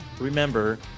remember